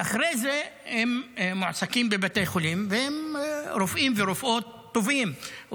ואחרי זה הם מועסקים בבתי חולים והם רופאים ורופאות טובים,